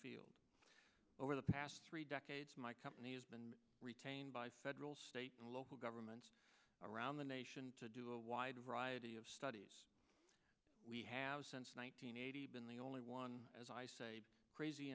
field over the past three decades my company has been retained by federal state and local governments around the nation to do a wide variety of studies we have since one thousand nine hundred eighty been the only one as i say crazy